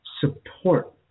support